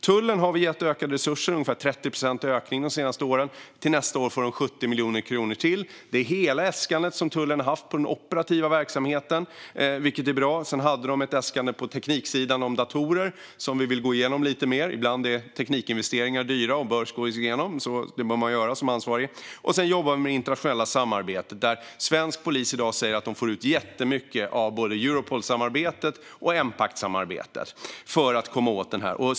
Tullen har vi gett ökade resurser, ungefär 30 procents ökning de senaste åren. Till nästa år får de 70 miljoner kronor till. Det är hela äskandet som tullen har haft på den operativa verksamheten, vilket är bra. Sedan hade de ett äskande på tekniksidan, om datorer, som vi vill gå igenom lite mer. Ibland är teknikinvesteringar dyra, och som ansvarig bör man gå igenom dem. Sedan jobbar vi med internationella samarbeten. Svensk polis säger att de får ut jättemycket i dag av både Europolsamarbetet och Empactsamarbetet för att komma åt detta.